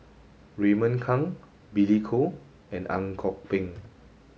Raymond Kang Billy Koh and Ang Kok Peng